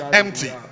empty